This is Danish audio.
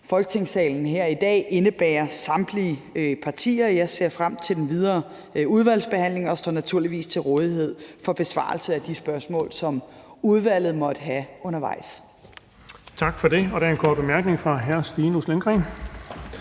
Folketingssalen her i dag indebærer samtlige partier. Jeg ser frem til den videre udvalgsbehandling og står naturligvis til rådighed for besvarelse af de spørgsmål, som udvalget måtte have undervejs. Kl. 16:25 Den fg. formand (Erling Bonnesen):